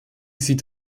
sieht